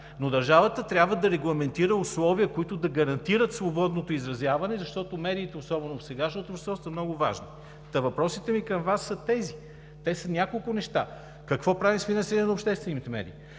но държавата трябва да регламентира условия, които да гарантират свободното изразяване, защото медиите, особено в сегашната обстановка, са много важни. Та въпросите ми към Вас са тези, те са няколко: какво правим с финансиране на обществените медии?